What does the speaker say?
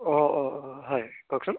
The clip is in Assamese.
অঁ অঁ অঁ হয় কওকচোন